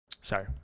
Sorry